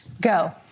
Go